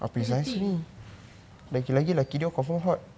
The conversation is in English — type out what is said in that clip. that is the thing